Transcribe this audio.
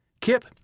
Kip